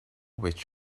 which